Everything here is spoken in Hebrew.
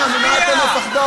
אפשר להפסיק?